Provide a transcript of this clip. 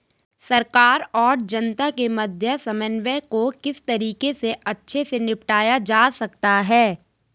सरकार और जनता के मध्य समन्वय को किस तरीके से अच्छे से निपटाया जा सकता है?